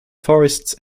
forests